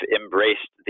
embraced